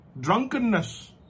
drunkenness